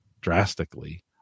drastically